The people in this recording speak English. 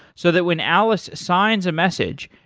so that when alice signs a message,